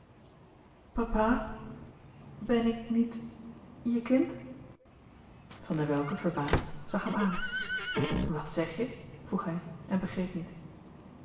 papa ben ik niet je kind van der welcke verbaasd zag hem aan wat zeg je vroeg hij en begreep niet